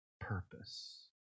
purpose